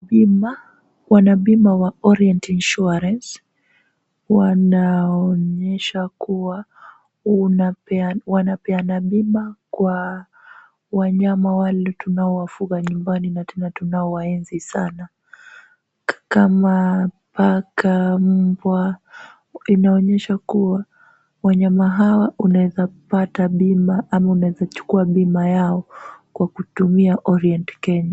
Bima, wanabima wa Orient Insurance, wanaonyesha kuwa wanapeana bima kwa wanyama wale tunawafuga nyumbani na tena tunawaenzi sana kama paka ,mbwa. Inaonyesha kuwa wanyama hawa unazipata bima ama unaeza chukua bima yao kwa kutumia Orient Credit.